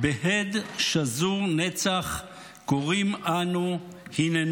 בהד שזור נצח קוראים אנו, היננו".